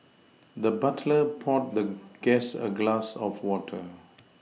the butler poured the guest a glass of water